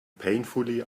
painfully